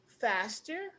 faster